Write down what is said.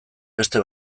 beste